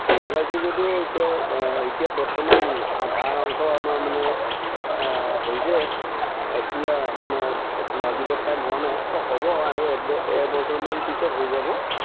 লগাইছো যদিও এতিয়াও এতিয়া বৰ্তমান আধা অংশ আমাৰ মানে হৈছে পুৰা মানে লাগিব টাইম হোৱা নাই অঁ হ'ব আৰু এক এবছৰ মান পিছত হৈ যাব